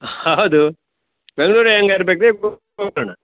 ಹಾಂ ಹೌದು ಬೆಂಗ್ಳೂರು ಅಯ್ಯಂಗಾರ್ ಬೇಕ್ರಿ ಗೋಕರ್ಣ